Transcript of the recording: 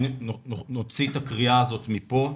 נוציא את הקריאה הזאת מפה,